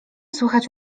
słychać